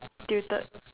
tilted